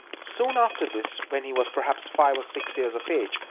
soon after this, when he was perhaps five or six years of age,